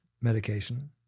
medication